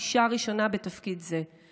אישה ראשונה בתפקיד זה.